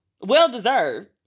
Well-deserved